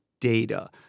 data